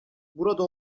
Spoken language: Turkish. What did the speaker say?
burada